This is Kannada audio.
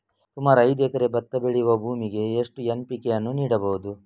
ಸುಮಾರು ಐದು ಎಕರೆ ಭತ್ತ ಬೆಳೆಯುವ ಭೂಮಿಗೆ ಎಷ್ಟು ಎನ್.ಪಿ.ಕೆ ಯನ್ನು ನೀಡಬಹುದು?